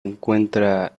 encuentra